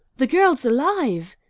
the girl's alive!